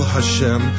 Hashem